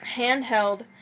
handheld